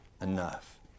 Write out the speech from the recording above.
enough